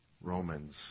Romans